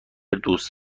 دوست